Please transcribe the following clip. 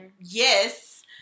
yes